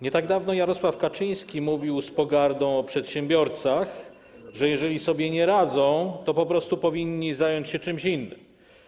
Nie tak dawno Jarosław Kaczyński mówił z pogardą o przedsiębiorcach, że jeżeli sobie nie radzą, to po prostu powinni zająć się czymś innym.